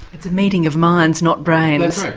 it's a meeting of minds not brains.